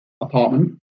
apartment